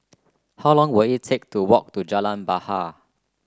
how long will it take to walk to Jalan Bahar